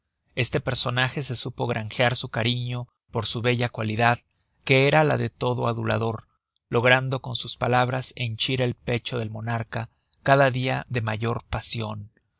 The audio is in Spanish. este personaje se supo grangear su cariño por su bella cualidad que era la de todo adulador logrando con sus palabras henchir el pecho del monarca cada dia de mayor pasion